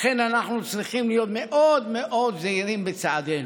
לכן אנחנו צריכים להיות מאוד מאוד זהירים בצעדינו.